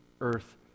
earth